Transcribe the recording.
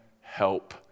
help